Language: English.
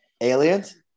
aliens